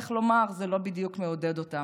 ואיך לומר, זה לא בדיוק מעודד אותם.